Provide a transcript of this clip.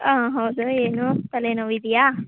ಹಾಂ ಹೌದು ಏನು ತಲೆ ನೋವಿದೆಯಾ